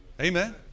Amen